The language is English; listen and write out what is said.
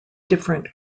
different